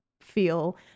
feel